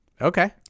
Okay